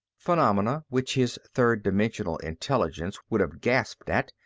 phenomena, which his third-dimensional intelligence would have gasped at,